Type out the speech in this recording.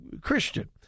Christian